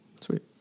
Sweet